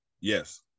Yes